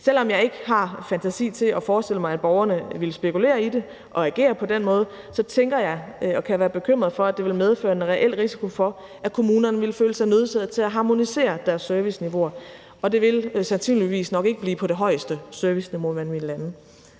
Selv om jeg ikke har fantasi til at forestille mig, at borgerne ville spekulere i det og agere på den måde, så tænker jeg og kan være bekymret for, at det ville medføre en reel risiko for, at kommunerne ville føle sig nødsaget til at harmonisere deres serviceniveauer, og det ville sandsynligvis ikke blive det højeste serviceniveau, man ville lande